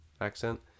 accent